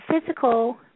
physical